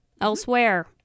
elsewhere